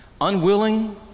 Unwilling